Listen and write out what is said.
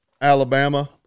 Alabama